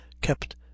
kept